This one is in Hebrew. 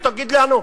ותגידו לנו: